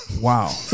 Wow